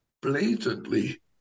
blatantly